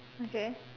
okay